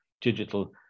digital